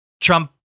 Trump